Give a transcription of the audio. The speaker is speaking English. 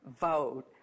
vote